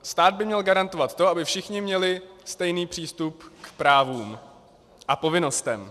Stát by měl garantovat to, aby všichni měli stejný přístup k právům a povinnostem.